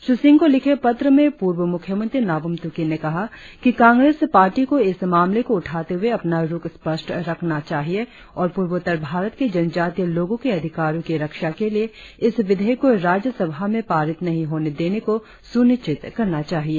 श्री सिंह को लिखे पत्र में पूर्व मुख्यमंत्री नाबाम तुकी ने कहा कि कांग्रेस पार्टी को इस मामले को उठाते हुए अपना रुख स्पष्ट रखना चाहिए और प्रर्वोत्तर भारत के जनजातीय लोगों के अधिकारों की रक्षा के लिए इस विधेयक को राज्य सभा में पारित नहीं होने देने को सुनिश्चित करना चाहिए